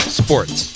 sports